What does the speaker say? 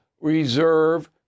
reserve